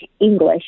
English